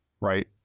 right